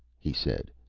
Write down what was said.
he said.